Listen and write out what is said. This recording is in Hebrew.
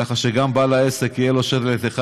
ככה שלבעל עסק יהיה שלט אחד,